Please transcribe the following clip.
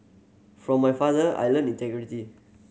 from my father I learnt integrity